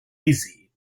easy